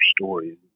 stories